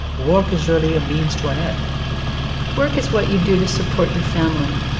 work is really a means to an end work is what you do to support your family.